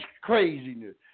craziness